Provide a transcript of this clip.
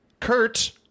kurt